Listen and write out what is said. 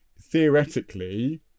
theoretically